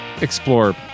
explore